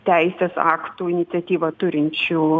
teisės aktų iniciatyvą turinčių